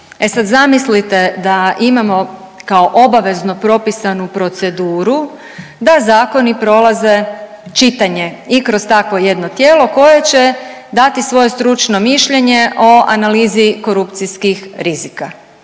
E sad zamislite da imamo kao obavezno propisanu proceduru da zakoni prolaze, čitanje i kroz takvo jedno tijelo koje će dati svoje stručno mišljenje o analizi korupcijskih rizika,